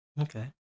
Okay